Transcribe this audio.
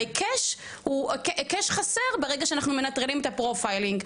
ההיקש או היקש חסר ברגע שאנחנו מנטרלים את ה"פרופיילינג".